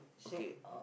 okay